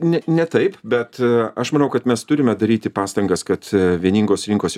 ne ne taip bet aš manau kad mes turime daryti pastangas kad vieningos rinkos